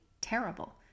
terrible